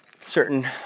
certain